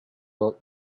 old